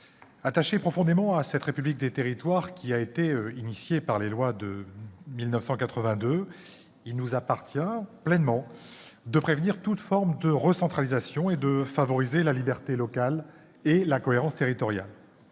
attachés profondément à cette république des territoires initiée par les lois de 1982, il nous appartient pleinement de prévenir toute forme de recentralisation et de favoriser la liberté locale et la cohésion territoriale.